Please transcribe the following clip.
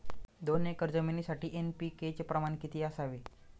दोन एकर जमिनीसाठी एन.पी.के चे प्रमाण किती असावे?